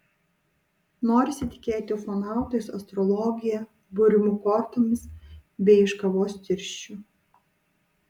norisi tikėti ufonautais astrologija būrimu kortomis bei iš kavos tirščių